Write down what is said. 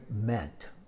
meant